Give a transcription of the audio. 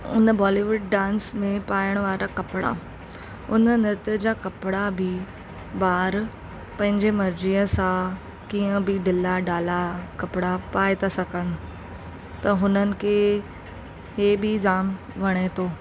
उन बॉलीवुड डांस में पाइण वारा कपिड़ा उन नृत्य जा कपिड़ा बि ॿार पंहिंजे मर्ज़ीअ सां कीअं बि ढीला ढाला कपिड़ा पाए था सघनि त हुननि खे हे बि जामु वणे थो